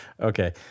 okay